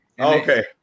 Okay